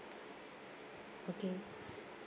okay